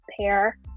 pair